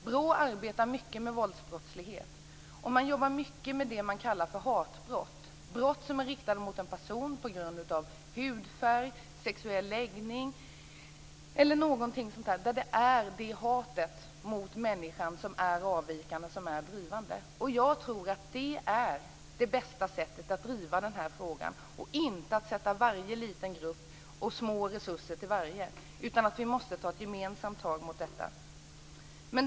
BRÅ arbetar mycket med våldsbrottslighet. Man jobbar mycket med det man kallar för hatbrott. Det är brott som är riktade mot en person på grund av hudfärg, sexuell läggning eller någonting sådant. Här är det hatet mot den människa som är avvikande som är drivande. Jag tror att det är det bästa sättet att driva den här frågan, och inte att ge små resurser till varje liten grupp. Vi måste ta ett gemensamt tag mot detta.